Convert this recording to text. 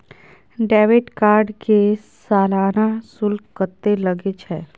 Debit card के सालाना शुल्क कत्ते लगे छै?